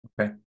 okay